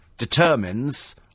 determines